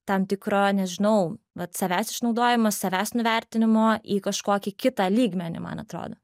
tam tikro nežinau vat savęs išnaudojamo savęs nuvertinimo į kažkokį kitą lygmenį man atrodo